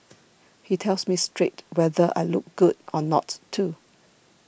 he tells me straight whether I look good or not too